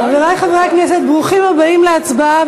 חברי חברי הכנסת, ברוכים הבאים להצבעה.